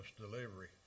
delivery